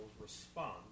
respond